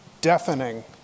deafening